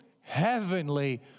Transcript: heavenly